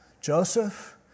Joseph